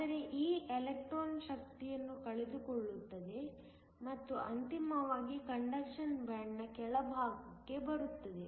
ಆದರೆ ಈ ಎಲೆಕ್ಟ್ರಾನ್ ಶಕ್ತಿಯನ್ನು ಕಳೆದುಕೊಳ್ಳುತ್ತದೆ ಮತ್ತು ಅಂತಿಮವಾಗಿ ಕಂಡಕ್ಷನ್ ಬ್ಯಾಂಡ್ ನ ಕೆಳಭಾಗಕ್ಕೆ ಬರುತ್ತದೆ